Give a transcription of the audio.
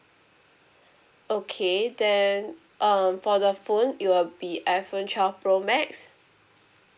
okay then um for the phone it will be iPhone twelve pro max